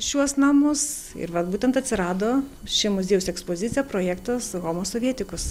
šiuos namus ir vat būtent atsirado ši muziejaus ekspozicija projektas homo sovietikus